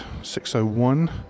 601